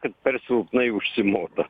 kad per silpnai užsimota